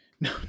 No